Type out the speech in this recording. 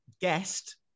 guest